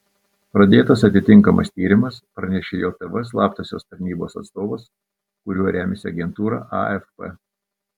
pradėtas atitinkamas tyrimas pranešė jav slaptosios tarnybos atstovas kuriuo remiasi agentūra afp